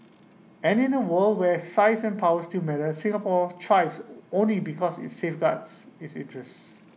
and in A world where size and power still matter Singapore thrives only because IT safeguards its interests